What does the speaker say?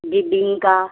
bebinca